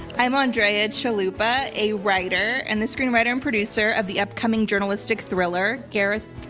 i'm andrea chalupa, a writer and the screenwriter and producer of the upcoming journalistic thriller gareth,